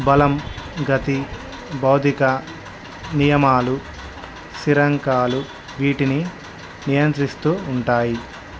బలం గతి భౌతిక నియమాలు సిరంకాలు వీటిని నియంత్రిస్తు ఉంటాయి